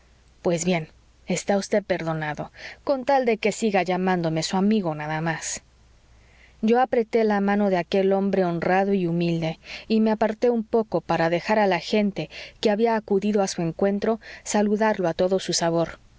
pues bien está vd perdonado con tal de que siga llamándome su amigo nada más yo apreté la mano de aquel hombre honrado y humilde y me aparté un poco para dejar a la gente que había acudido a su encuentro saludarlo a todo su sabor